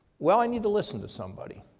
well, i need to listen to somebody.